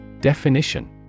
Definition